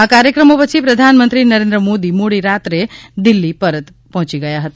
આ કાર્યક્રમો પછી પ્રધાનમંત્રી નરેન્દ્ર મોદી મોડી રાત્રે દિલ્હી પરત પહોંચી ગયા હતા